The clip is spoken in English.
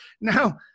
Now